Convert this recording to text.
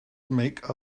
make